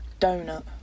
donut